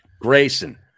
Grayson